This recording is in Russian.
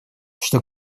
что